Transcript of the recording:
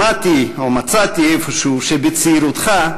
שמעתי או מצאתי איפשהו שבצעירותך,